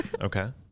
Okay